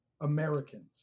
Americans